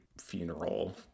funeral